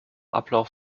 ablauf